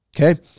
okay